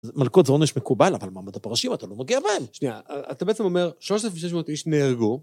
מלקות זה עונש מקובל, אבל מעמד הפרשים אתה לא נוגע בהם. שנייה, אתה בעצם אומר, 3,600 איש נהרגו.